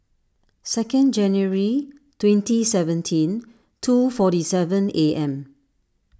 sencond January twenty seventeen two forty seven A M